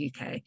UK